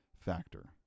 factor